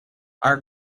our